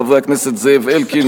חברי הכנסת זאב אלקין,